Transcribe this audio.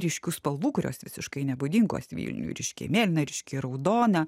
ryškių spalvų kurios visiškai nebūdingos vilniui ryškiai mėlyna ryškiai raudona